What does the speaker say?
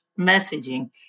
messaging